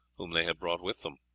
whom they had brought with them.